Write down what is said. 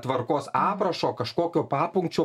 tvarkos aprašo kažkokio papunkčio papunkčio